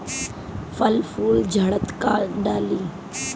फल फूल झड़ता का डाली?